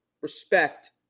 respect